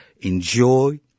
Enjoy